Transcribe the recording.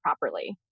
properly